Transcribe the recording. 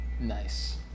Nice